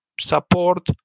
support